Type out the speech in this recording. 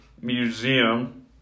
museum